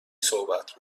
صحبت